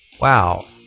wow